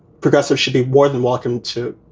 progressives should be more than welcome to.